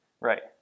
Right